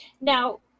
Now